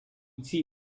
цій